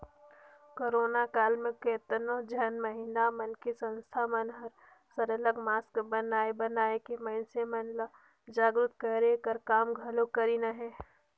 corona काल म केतनो झन महिला मन के संस्था मन हर सरलग मास्क बनाए बनाए के मइनसे मन ल जागरूक करे कर काम घलो करिन अहें